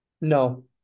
No